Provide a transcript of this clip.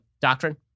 doctrine